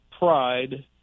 Pride